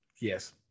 Yes